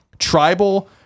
Tribal